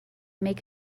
make